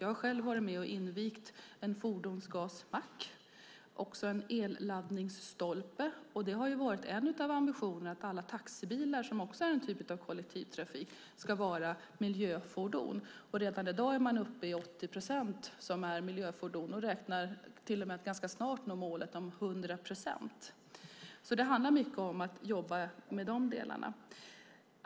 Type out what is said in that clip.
Jag har själv varit med och invigt en fordonsgasmack och en elladdningsstolpe. En ambition har dessutom varit att alla taxibilar, som också är en form av kollektivtrafik, ska vara miljöfordon. Redan i dag är man uppe i 80 procent miljöfordon och räknar med att ganska snart nå målet om 100 procent. Det handlar alltså om att jobba med de delarna.